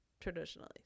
traditionally